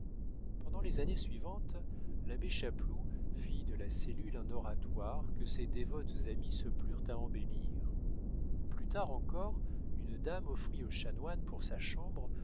pendant les années suivantes l'abbé chapeloud fit de la cellule un oratoire que ses dévotes amies se plurent à embellir plus tard encore une dame offrit au chanoine pour sa chambre